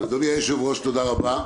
אדוני היושב-ראש, תודה רבה.